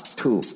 two